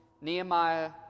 Nehemiah